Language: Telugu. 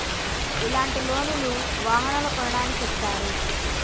ఇలాంటి లోన్ లు వాహనాలను కొనడానికి ఇస్తారు